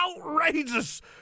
outrageous